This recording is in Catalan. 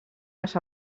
les